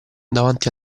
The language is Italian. davanti